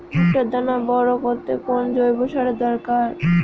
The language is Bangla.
ভুট্টার দানা বড় করতে কোন জৈব সারের দরকার?